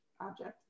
object